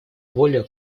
воля